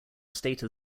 stated